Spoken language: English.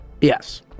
Yes